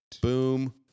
boom